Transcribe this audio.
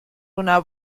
una